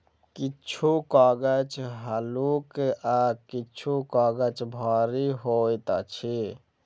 किछु कागज हल्लुक आ किछु काजग भारी होइत अछि